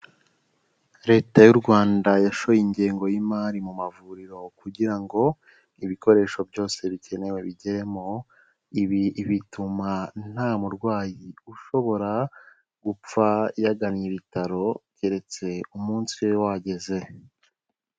Leta y'u Rwanda yashoye ingengo y'imari mu mavuriro kugira ngo ibikoresho byose bikenewe bigeremo, ibi bituma nta murwayi ushobora gupfa yagannye ibitaro keretse umunsi we wageze.